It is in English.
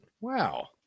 Wow